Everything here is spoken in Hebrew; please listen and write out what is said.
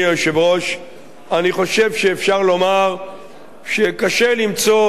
אני חושב שאפשר לומר שקשה למצוא טעם ממשי